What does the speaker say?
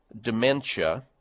dementia